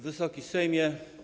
Wysoki Sejmie!